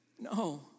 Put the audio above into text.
No